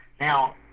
Now